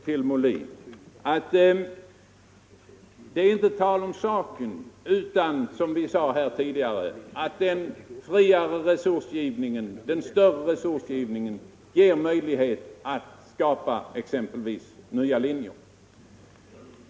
Herr talman! Som det har sagts tidigare, herr Molin, skapas med den större resursgivningen möjlighet exempelvis att inrätta nya linjer. Det är inte tu tal om den saken.